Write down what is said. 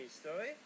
story